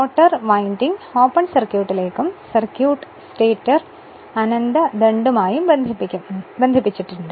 rotor winding open സർക്യൂട്ടിലേക്കും circuit stator അനന്ത ദണ്ഡുമായിയും ബന്ധിപ്പിക്കപ്പെടുന്നു